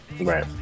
right